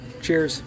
Cheers